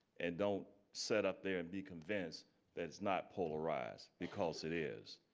and don't sit up there and be convinced that it's not polarized because it is.